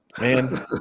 man